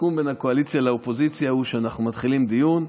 הסיכום בין הקואליציה לאופוזיציה הוא שאנחנו מתחילים דיון,